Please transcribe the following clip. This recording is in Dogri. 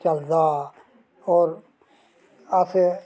चलदा और अस